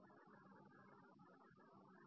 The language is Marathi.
Refer Slide Time 13